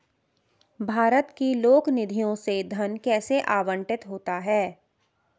भारत की लोक निधियों से धन कैसे आवंटित होता है?